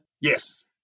yes